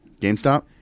GameStop